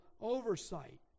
oversight